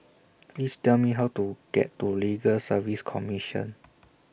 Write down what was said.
Please Tell Me How to get to Legal Service Commission